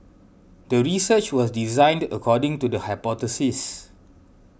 the research was designed according to the hypothesis